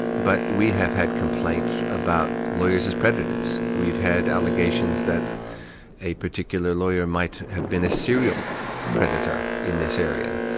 but we have had complaints about lawyers as predators we've had allegations that a particular lawyer might have been a serial predator in this area.